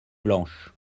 blanches